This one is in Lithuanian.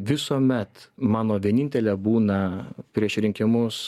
visuomet mano vienintelė būna prieš rinkimus